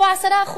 הוא 10%,